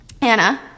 Anna